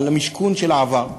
על המשכון של העבר.